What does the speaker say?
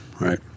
Right